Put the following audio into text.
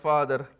Father